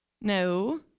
no